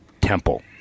temple